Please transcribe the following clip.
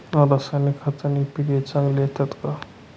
रासायनिक खताने पिके चांगली येतात का?